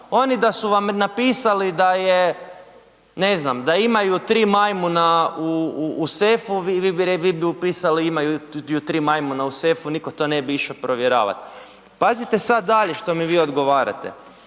oni da su vam napisali da je, ne znam, da imaju tri majmuna u sefu, vi bi upisali imaju tri majmuna u sefu, nitko to ne bi išao provjeravat. Pazite sad dalje što mi vi odgovarate,